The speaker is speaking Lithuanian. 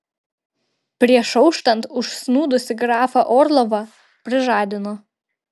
prieš auštant užsnūdusį grafą orlovą prižadino